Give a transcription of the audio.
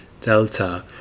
delta